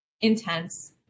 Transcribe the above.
intense